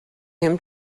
him